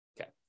Okay